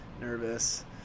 nervous